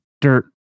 dirt